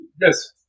yes